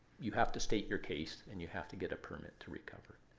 you have to state your case, and you have to get a permit to recover